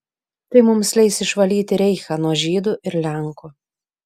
tai mums leis išvalyti reichą nuo žydų ir lenkų